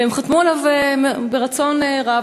והם חתמו עליו ברצון רב,